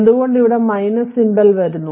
എന്തുകൊണ്ട് ഇവിടെ '' സിംബൽ വരുന്നു